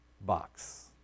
box